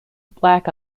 black